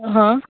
हां